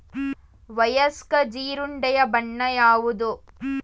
ವಯಸ್ಕ ಜೀರುಂಡೆಯ ಬಣ್ಣ ಯಾವುದು?